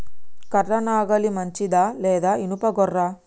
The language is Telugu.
కర్ర నాగలి మంచిదా లేదా? ఇనుప గొర్ర?